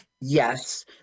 Yes